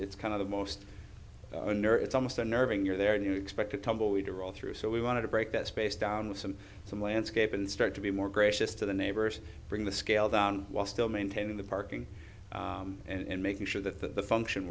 it's kind of the most nerve it's almost unnerving you're there and you expect a tumbleweed to roll through so we wanted to break that space down with some some landscape and start to be more gracious to the neighbors bring the scale down while still maintaining the parking and making sure that the function